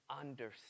understand